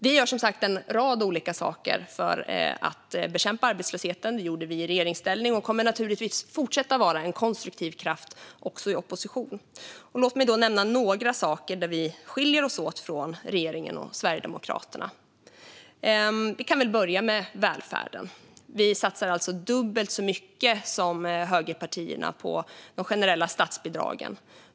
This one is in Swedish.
Vi gör en rad olika saker för att bekämpa arbetslösheten. Det gjorde vi i regeringsställning, och vi kommer naturligtvis att fortsätta att vara en konstruktiv kraft också i opposition. Låt mig nämna några saker där vi skiljer oss åt från regeringen och Sverigedemokraterna. Vi kan börja med välfärden. Vi satsar dubbelt så mycket som högerpartierna på de generella statsbidragen.